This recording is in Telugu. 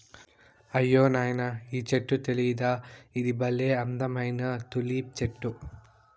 అయ్యో నాయనా ఈ చెట్టు తెలీదా ఇది బల్లే అందమైన తులిప్ చెట్టు